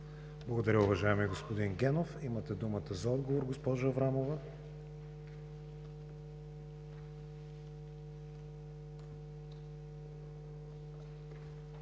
Благодаря Ви, уважаеми господин Генов. Имате думата за отговор, госпожо Аврамова.